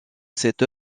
cette